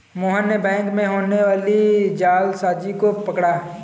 मोहन ने बैंक में होने वाली जालसाजी को पकड़ा